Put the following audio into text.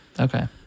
Okay